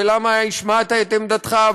ולמה השמעת את עמדתך,